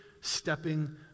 stepping